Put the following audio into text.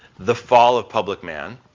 the fall of public man.